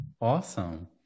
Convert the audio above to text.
Awesome